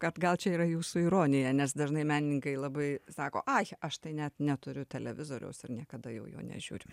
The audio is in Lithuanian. kad gal čia yra jūsų ironija nes dažnai menininkai labai sako ai aš tai net neturiu televizoriaus ir niekada jau jo nežiūriu